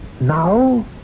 now